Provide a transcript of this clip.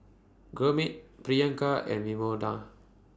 Gurmeet Priyanka and Vinoba